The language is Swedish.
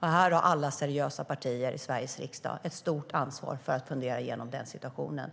Här har alla seriösa partier i Sveriges riksdag ett stort ansvar för att fundera igenom situationen.